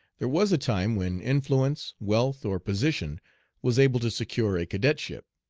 there was a time when influence, wealth, or position was able to secure a cadetship.